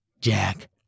Jack